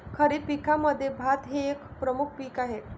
खरीप पिकांमध्ये भात हे एक प्रमुख पीक आहे